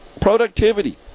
Productivity